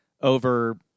over